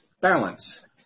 balance